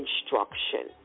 instruction